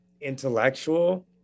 intellectual